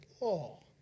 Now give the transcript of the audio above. law